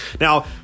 Now